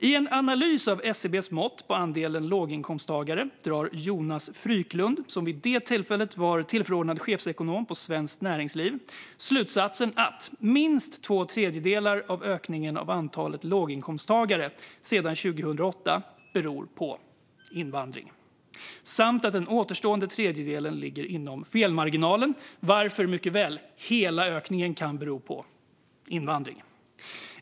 I en analys av SCB:s mått på andelen låginkomsttagare drar Jonas Fryklund, som vid detta tillfälle var tillförordnad chefsekonom på Svenskt Näringsliv, slutsatsen att minst två tredjedelar av ökningen av antalet låginkomsttagare sedan 2008 beror på invandring och att den återstående tredjedelen ligger inom felmarginalen varför mycket väl hela ökningen kan bero på invandring.